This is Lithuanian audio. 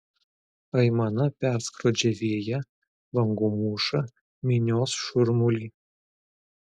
aimana perskrodžia vėją bangų mūšą minios šurmulį